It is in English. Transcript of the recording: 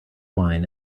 wine